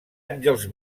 àngels